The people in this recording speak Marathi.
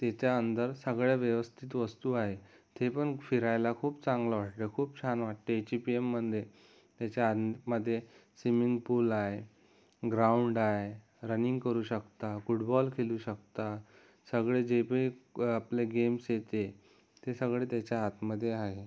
तिथं अंदर सगळ्या व्यवस्थित वस्तू आहेत ते पण फिरायला खूप चांगलं वाटलं खूप छान वाटते एचे पी एम मध्ये त्याच्या मध्ये स्विमिंगपूल आहे ग्राउंड आहे रनिंग करू शकता फुटबॉल खेळू शकता सगळं जे बी आपले गेम्स आहेत ते ते सगळे त्याच्या आतमध्ये आहेत